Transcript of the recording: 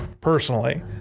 personally